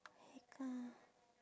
haircut